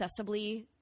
accessibly